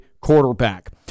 quarterback